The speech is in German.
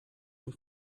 und